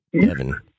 devin